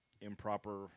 improper